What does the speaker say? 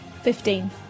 Fifteen